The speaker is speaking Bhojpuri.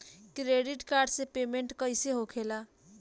क्रेडिट कार्ड से पेमेंट कईसे होखेला?